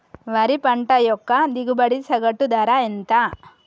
వరి పంట యొక్క దిగుబడి సగటు ధర ఎంత?